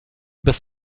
bez